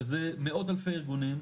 שזה מאות אלפי ארגונים,